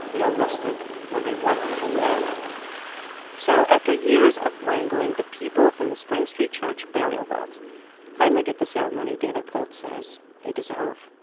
are rested where they rightly belong so after years of wrangling, the people from the spring street church burial vaults finally get the ceremony david pultz says they deserve.